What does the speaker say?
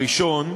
הראשון,